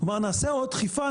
נעשה עוד דחיפה,